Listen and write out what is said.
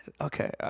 Okay